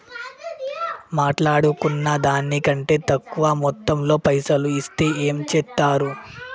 మాట్లాడుకున్న దాని కంటే తక్కువ మొత్తంలో పైసలు ఇస్తే ఏం చేత్తరు?